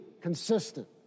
consistent